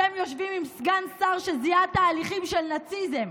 אתם יושבים עם סגן שר שזיהה תהליכים של נאציזם,